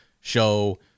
show